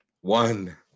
One